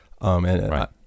right